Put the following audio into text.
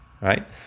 right